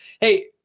hey